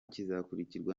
kizakurikirwa